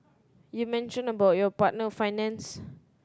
you mention about your partner finance